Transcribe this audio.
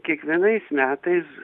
kiekvienais metais